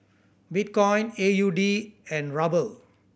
Bitcoin A U D and Ruble